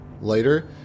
later